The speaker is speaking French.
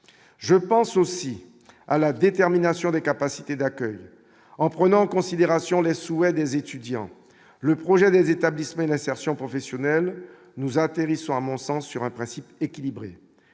je pense aussi à la détermination des capacités d'accueil en prenant en considération les souhaits des étudiants, le projet des établissements et l'insertion professionnelle nous atterrissons à mon sens, sur un principe équilibrée